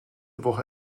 woche